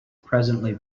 presently